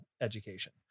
education